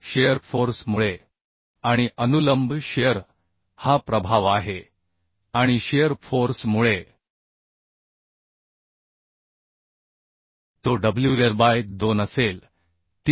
shear force मुळे आणि अनुलंब शिअर हा प्रभाव आहे आणि शिअर फोर्स मुळे तो WLबाय 2 असेल 3